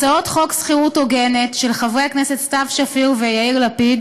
הצעות חוק שכירות הוגנת של חברי הכנסת סתיו שפיר ויאיר לפיד